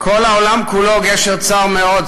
"כל העולם כולו גשר צר מאוד",